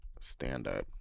stand-up